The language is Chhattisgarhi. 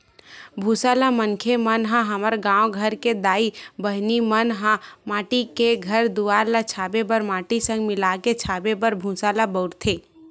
भूसा ल मनखे मन ह हमर गाँव घर के दाई बहिनी मन ह माटी के घर दुवार ल छाबे बर माटी संग मिलाके छाबे बर भूसा ल बउरथे